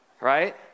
right